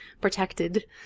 protected